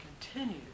continue